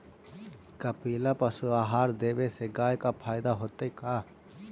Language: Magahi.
कपिला पशु आहार देवे से गाय के फायदा होतै का?